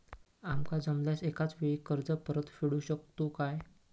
आमका जमल्यास एकाच वेळी कर्ज परत फेडू शकतू काय?